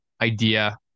idea